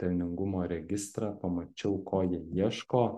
pelningumo registrą pamačiau ko jie ieško